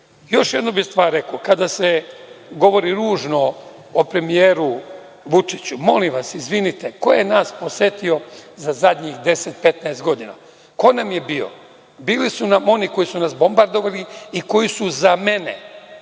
jednu stvar bih rekao, kada se govori ružno o premijeru Vučiću, molim vas, izvinite, ko je nas posetio za zadnjih 10, 15 godina? Ko nam je bio? Bili su nam oni koji su nas bombardovali i koji su za mene,